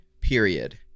period